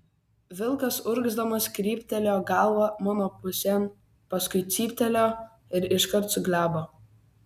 vilkas urgzdamas kryptelėjo galvą mano pusėn paskui cyptelėjo ir iškart suglebo